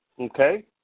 okay